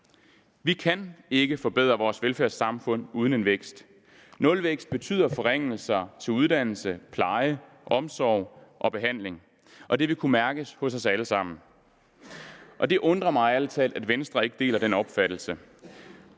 Vi kan ikke forbedre vores velfærdssamfund uden en vækst. Nulvækst betyder forringelser af uddannelse, pleje, omsorg og behandling, og det vil kunne mærke hos os alle sammen. Det undrer mig ærlig talt, at Venstre ikke deler den opfattelse.